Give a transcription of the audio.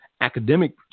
academic